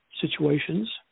situations